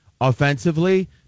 offensively